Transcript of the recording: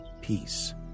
peace